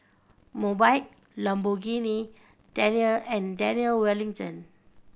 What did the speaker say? Mobike Lamborghini Daniel and Daniel Wellington